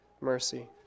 mercy